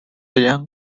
young